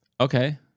Okay